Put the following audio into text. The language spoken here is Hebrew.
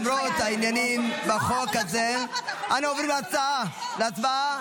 למרות העניינים בחוק הזה אנחנו עוברים להצבעה